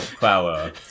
power